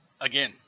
again